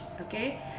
Okay